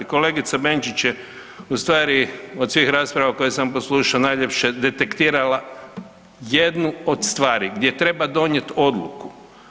Kolegica Benčić je ustvari od svih rasprava koje sam poslušao najljepše detektirala jednu od stvari gdje treba donijeti odluku.